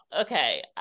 okay